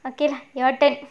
okay lah your turn